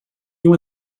you